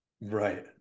Right